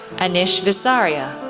anish visaria,